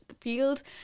fields